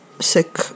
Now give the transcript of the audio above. sick